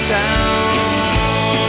town